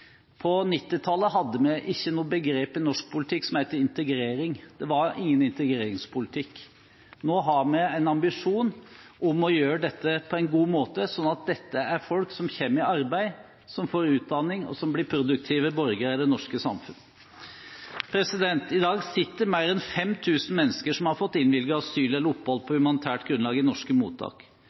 På 1990-tallet hadde vi ikke begrepet «integrering» i norsk politikk, det var ingen integreringspolitikk. Nå har vi en ambisjon om å gjøre dette på en god måte, sånn at dette er folk som kommer i arbeid, som får utdanning, og som blir produktive borgere i det norske samfunnet. I dag sitter mer enn 5 000 mennesker som har fått innvilget asyl eller opphold på humanitært grunnlag, i norske mottak.